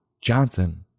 Johnson